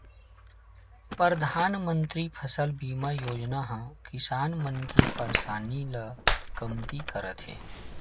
परधानमंतरी फसल बीमा योजना ह किसान मन के परसानी ल कमती करथे